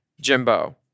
Jimbo